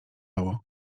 spało